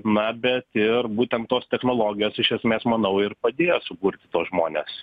na bet ir būtent tos technologijos iš esmės manau ir padėjo suburti tuos žmones